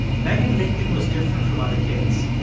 megan lincoln was different from other kids.